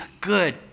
good